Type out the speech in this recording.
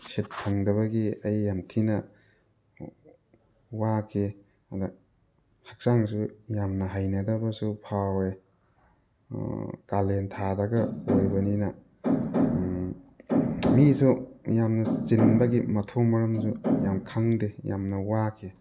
ꯁꯤꯠ ꯐꯪꯗꯕꯒꯤ ꯑꯩ ꯌꯥꯝ ꯊꯤꯅ ꯋꯥꯈꯤ ꯑꯗ ꯍꯛꯆꯥꯡꯁꯨ ꯌꯥꯝꯅ ꯍꯩꯅꯗꯕꯁꯨ ꯐꯥꯎꯋꯦ ꯀꯥꯂꯦꯟ ꯊꯥꯗꯒ ꯑꯣꯏꯕꯅꯤꯅ ꯃꯤꯁꯨ ꯌꯥꯝꯅ ꯆꯤꯟꯕꯒꯤ ꯃꯊꯣꯡ ꯃꯔꯝꯁꯨ ꯌꯥꯝ ꯈꯪꯗꯦ ꯌꯥꯝꯅ ꯋꯥꯈꯤ